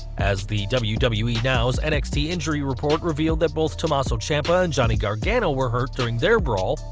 as the wwe wwe now's nxt injury report revealed that both tomasso ciampa and johnny gargano were hurt during their brawl,